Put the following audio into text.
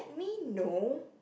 me know